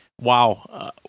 wow